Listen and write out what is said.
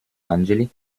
angeli